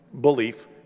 belief